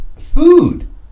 food